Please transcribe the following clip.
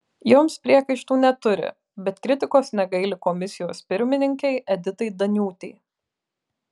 joms priekaištų neturi bet kritikos negaili komisijos pirmininkei editai daniūtei